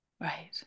Right